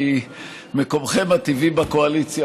כי מקומכם הטבעי בקואליציה,